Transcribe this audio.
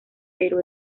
pero